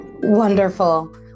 wonderful